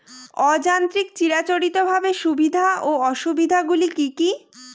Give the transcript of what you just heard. অযান্ত্রিক চিরাচরিতভাবে সুবিধা ও অসুবিধা গুলি কি কি?